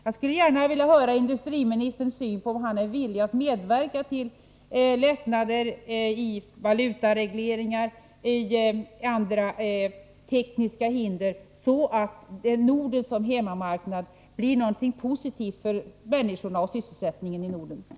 Jag skulle gärna vilja höra, om industriministern är villig att medverka till lättnader i valutaregleringar och när det gäller andra tekniska hinder så att Norden som hemmamarknad blir någonting positivt för människorna och sysselsättningen i Norden.